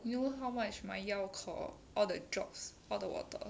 you know how much my 药 cost for all the drops all the water